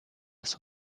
des